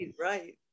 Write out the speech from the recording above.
right